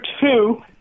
two